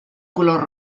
color